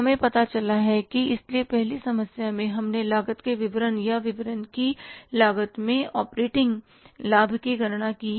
तो हमें पता चला है इसलिए पहली समस्या में हमने लागत के विवरण या विवरण की लागत में ऑपरेटिंग लाभ की गणना की